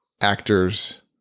actors